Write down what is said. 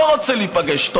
לא רוצה להיפגש איתו.